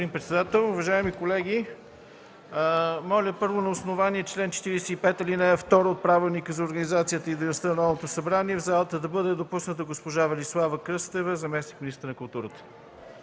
госпожа Велислава Кръстева – заместник-министър на културата.